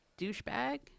douchebag